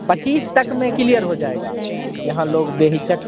पच्चीस तक में क्लियर हो जाएगा यहाँ लोग बेझिझक